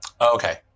Okay